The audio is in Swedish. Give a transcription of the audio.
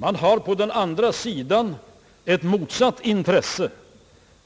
Man har på den andra sidan ett motsatt intresse,